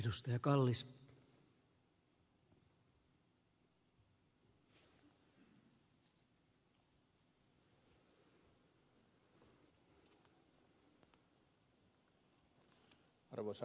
arvoisa herra puhemies